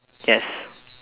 yes